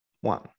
one